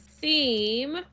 theme